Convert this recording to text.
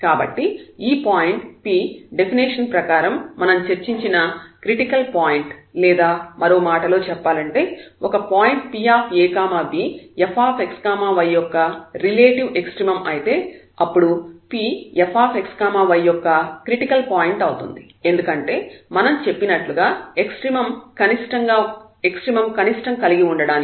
కాబట్టి ఈ point P definition ప్రకారం మనం చర్చించిన క్రిటికల్ పాయింట్ లేదా మరో మాటలో చెప్పాలంటే ఒక పాయింట్ Pa b fxy యొక్క రిలేటివ్ ఎక్సట్రీమమ్ అయితే అప్పుడు P fxy యొక్క క్రిటికల్ పాయింట్ అవుతుంది ఎందుకంటే మనం చెప్పినట్లుగా ఎక్సట్రీమమ్ కనిష్టం కలిగి ఉండడానికి ఇది ఆవశ్యక నియమం